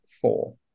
four